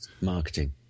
marketing